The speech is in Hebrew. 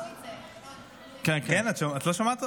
את לא שומעת?